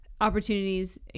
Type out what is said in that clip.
opportunities